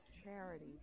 charity